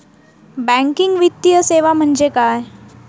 Banking वित्तीय सेवा म्हणजे काय?